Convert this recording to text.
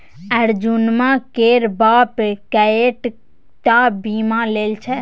अर्जुनमा केर बाप कएक टा बीमा लेने छै